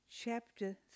chapter